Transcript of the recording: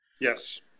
Yes